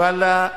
ואללה,